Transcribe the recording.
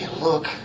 look